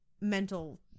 mental